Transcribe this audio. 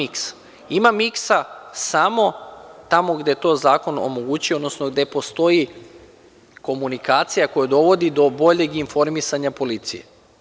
Ima miksa samo gde to zakon omogućuje, odnosno gde postoji komunikacija koja dovodi do boljeg informisanja policije.